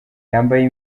yambaye